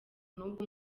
n’ubwo